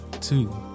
Two